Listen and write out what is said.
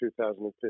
2015